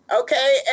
okay